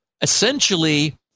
essentially